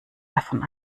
davon